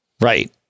Right